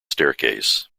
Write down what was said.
staircase